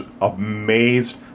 amazed